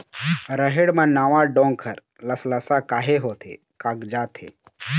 रहेड़ म नावा डोंक हर लसलसा काहे होथे कागजात हे?